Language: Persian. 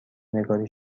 نگاری